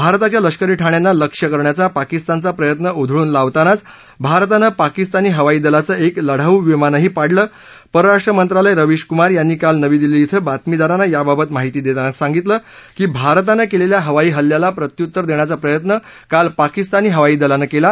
भारताच्या लष्करी ठाण्याना लक्ष्य करण्याचा पाकिस्तानचा प्रयत्न उधळून लावतानाचं भारतानं पाकिस्तानी हवाई दलाचं एक लढाऊ विमानही पाडलं परराष्ट्र मंत्रालय रवीश कुमार यांनी काल नवी दिल्ली इथं बातमीदाराना याबाबत माहिती देताना सांगितलं की भारतानं केलेल्या हवाई हल्ल्याला प्रत्युत्तर देण्याचा प्रयत्न काल पाकिस्तानी हवाई दलानं केला